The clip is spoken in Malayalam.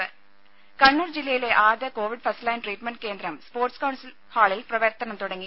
ദേഴ കണ്ണൂർ ജില്ലയിലെ ആദ്യ കോവിഡ് ഫസ്റ്റ്ലൈൻ ട്രീറ്റ്മെന്റ് കേന്ദ്രം സ്പോർട്സ് കൌൺസിൽ ഹാളിൽ പ്രവർത്തനം തുടങ്ങി